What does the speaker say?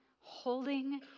holding